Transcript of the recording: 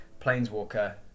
Planeswalker